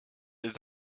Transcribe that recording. les